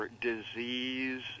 disease